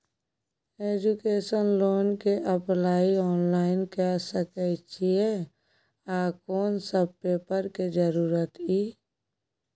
Education loan के apply online के सके छिए आ कोन सब पेपर के जरूरत इ?